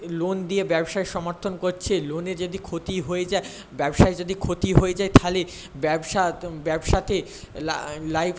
loan দিয়ে ব্যবসায় সমর্থন করছে লোনে যদি ক্ষতি হয়ে যায় ব্যবসায় যদি ক্ষতি হয়ে যায় তাহলে ব্যবসা তো ব্যবসাতে লাইফ